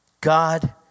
God